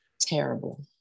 Terrible